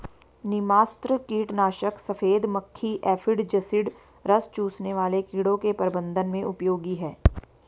नीमास्त्र कीटनाशक सफेद मक्खी एफिड जसीड रस चूसने वाले कीड़ों के प्रबंधन में उपयोगी है